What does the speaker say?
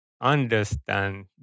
understand